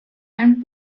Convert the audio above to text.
and